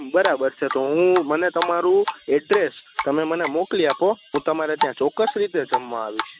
બરાબર છે તો હું મને તમારું એડ્રેસ તમે મને મોકલી આપો હું તમારે ત્યાં ચોક્કસ રીતે જમવા આવીશ